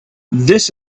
this